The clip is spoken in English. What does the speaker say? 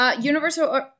Universal